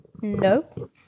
No